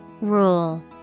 Rule